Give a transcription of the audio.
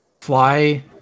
fly